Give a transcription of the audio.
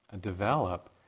develop